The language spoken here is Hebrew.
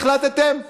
החלטתם?